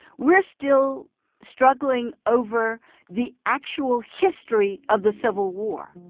we're still struggling over the actual history of the civil war.